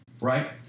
right